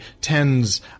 tens